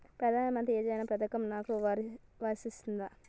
ప్రధానమంత్రి యోజన పథకం నాకు వర్తిస్తదా?